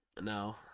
no